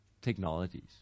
technologies